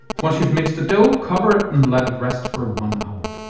once you've mixed the dough, cover it and let it rest for one hour.